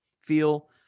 feel